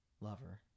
lover